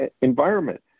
environment